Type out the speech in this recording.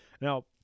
now